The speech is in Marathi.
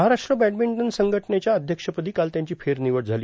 महाराष्ट्र बॅडमिंटन संघटनेच्या अध्यक्षपदी काल त्यांची फेरनिवड झाली